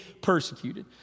persecuted